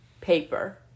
paper